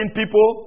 people